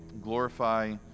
Glorify